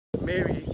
mary